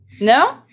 No